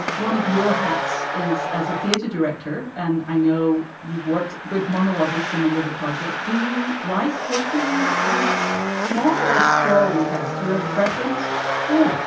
one of your hats is as a theater director. and i know you've worked with monolog is among other projects. do you like working with small or sprawling cast? you have a preference who?